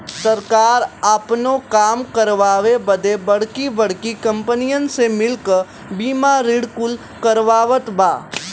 सरकार आपनो काम करावे बदे बड़की बड़्की कंपनीअन से मिल क बीमा ऋण कुल करवावत बा